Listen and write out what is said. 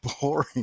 boring